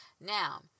Now